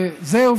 ואז זהו,